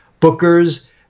bookers